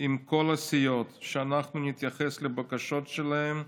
עם כל הסיעות שאנחנו נתייחס לבקשות שלהם,